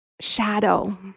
shadow